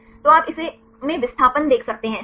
तो आप इसे में विस्थापन देख सकते हैं सही